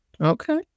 Okay